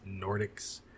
Nordics